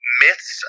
myths